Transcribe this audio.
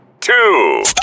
Two